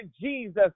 Jesus